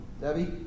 Debbie